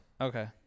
okay